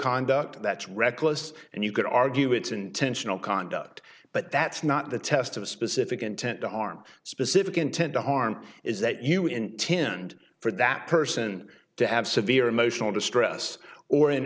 conduct that's reckless and you could argue it's intentional conduct but that's not the test of a specific intent to harm specific intent to harm is that you intend for that person to have severe emotional distress or in